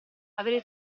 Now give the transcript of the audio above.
avere